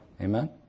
Amen